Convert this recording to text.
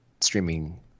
streaming